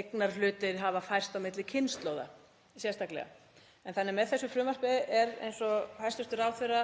eignarhlutir hafa færst á milli kynslóða sérstaklega. Með þessu frumvarpi er, eins og hæstv. ráðherra